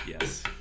yes